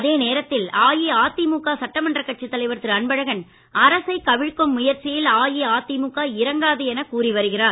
அதே நேரத்தில் அஇஅதிமுக சட்டமன்றக் கட்சித் தலைவர் திரு அன்பழகன் அரசைக் கவிழ்க்கும் முயற்சியில் அஇஅதிமுக இறங்காது என கூறி வருகிறார்